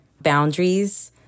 boundaries